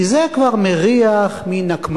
כי זה כבר מריח מנקמנות,